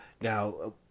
now